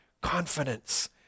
confidence